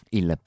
il